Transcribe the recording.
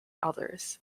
others